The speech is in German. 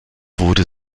wurde